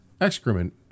excrement